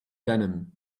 denim